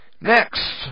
Next